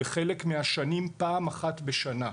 בחלק מהשנים פעם אחת בשנה.